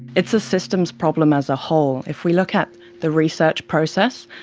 it's a systems problem as a whole. if we look at the research process,